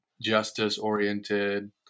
justice-oriented